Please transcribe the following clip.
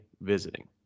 visiting